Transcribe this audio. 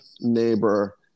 neighbor